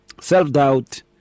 Self-doubt